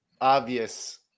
obvious